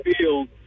field